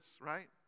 right